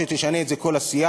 שתשנה את זה כל הסיעה,